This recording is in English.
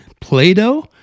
Play-Doh